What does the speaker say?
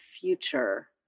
future